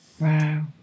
Wow